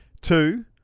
Two